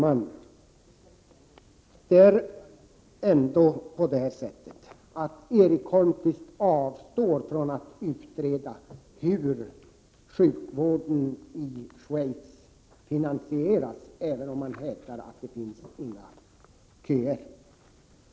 Fru talman! Erik Holmkvist avstår från att gå in på hur sjukvården i Schweiz finansieras, även om han hävdar att det inte finns några köer där.